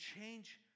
change